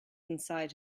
inside